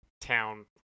town